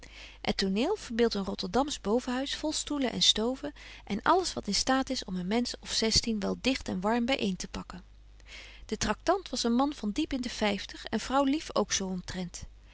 het toneel verbeeldt een rotterdamsch bovenhuis vol stoelen en stoven en alles wat in staat is om een mensch of zestien wel digt en warm by een te pakken de tractant was een man van diep in de vyftig en vrouwlief ook zo